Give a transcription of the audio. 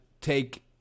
take